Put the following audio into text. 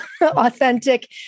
authentic